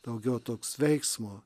daugiau toks veiksmo